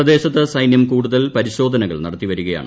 പ്രദേശത്ത് സൈനൃം കൂടുതൽ പരിശോധനകൾ നടത്തിവരികയാണ്